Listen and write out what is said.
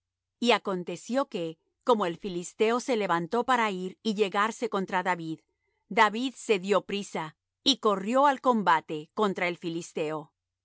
y aconteció que como el filisteo se levantó para ir y llegarse contra david david se dió priesa y corrió al combate contra el filisteo y